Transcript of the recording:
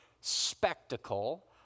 spectacle